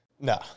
No